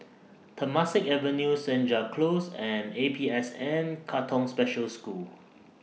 Temasek Avenue Senja Close and A P S N Katong Special School